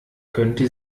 könnte